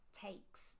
takes